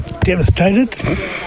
Devastated